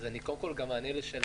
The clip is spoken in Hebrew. אז אני קודם כול גם אענה לשאלתך.